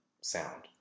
sound